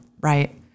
Right